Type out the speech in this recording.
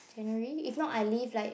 January if not I leave like